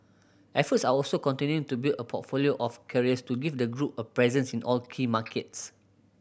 efforts are also continuing to build a portfolio of carriers to give the group a presence in all key markets